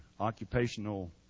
occupational